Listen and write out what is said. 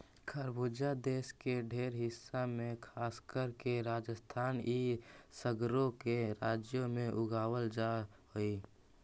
खरबूजा देश के ढेर हिस्सा में खासकर के राजस्थान इ सगरो के राज्यों में उगाबल जा हई